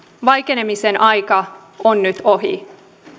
vaikenemisen aika on nyt ohi